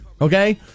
Okay